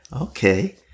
okay